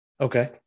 Okay